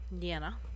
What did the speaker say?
Diana